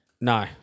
No